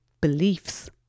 beliefs